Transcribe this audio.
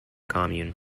commune